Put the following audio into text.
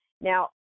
Now